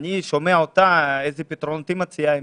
ואני שומעת אותה לגבי איזה פתרונות היא מציעה.